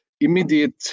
immediate